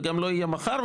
וגם לא יהיה מחר,